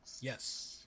Yes